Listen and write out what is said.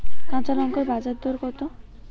কাঁচা লঙ্কার বাজার দর কত?